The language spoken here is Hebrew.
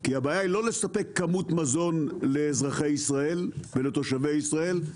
כי הבעיה היא לא לספק כמות מזון לאזרחי ותושבי ישראל,